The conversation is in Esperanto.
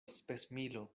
spesmilo